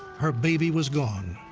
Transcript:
her baby was gone.